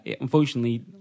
Unfortunately